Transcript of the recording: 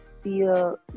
feel